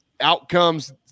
Outcomes